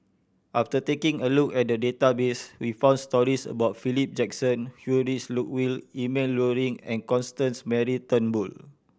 after taking a look at the database we found stories about Philip Jackson Heinrich Ludwig Emil Luering and Constance Mary Turnbull